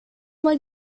mal